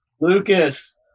Lucas